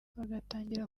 bagatangira